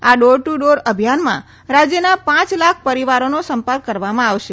આ door to door અભિયાનમાં રાજ્યના પાંચ લાખ પરિવારોનો સંપર્ક કરવામાં આવશે